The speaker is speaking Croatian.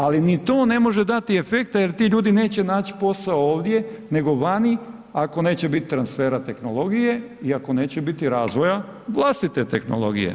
Ali ni to ne može dati efekta jer ti ljudi neće naći posao ovdje nego vani ako neće biti transfera tehnologije i ako neće biti razvoja vlastite tehnologije.